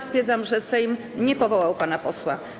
Stwierdzam, że Sejm nie powołał pana posła.